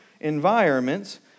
environments